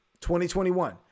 2021